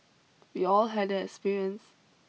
we all had that experience